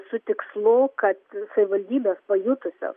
su tikslu kad savivaldybės pajutusios